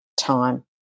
time